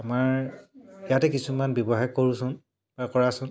আমাৰ ইয়াতে কিছুমান ব্যৱসায় কৰোঁচোন বা কৰাচোন